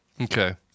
Okay